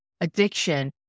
addiction